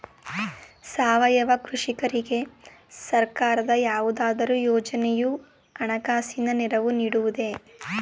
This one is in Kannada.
ಸಾವಯವ ಕೃಷಿಕರಿಗೆ ಸರ್ಕಾರದ ಯಾವುದಾದರು ಯೋಜನೆಯು ಹಣಕಾಸಿನ ನೆರವು ನೀಡುವುದೇ?